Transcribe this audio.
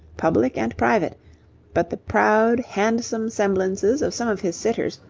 public and private but the proud, handsome semblances of some of his sitters,